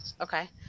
Okay